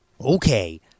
Okay